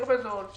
יותר בזול.